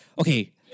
Okay